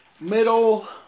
middle